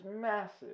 massive